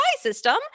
system